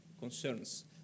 concerns